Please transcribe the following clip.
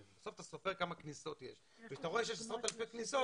בסוף אתה סופר כמה כניסות יש ואתה רואה שיש עשרות אלפי כניסות,